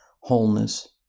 wholeness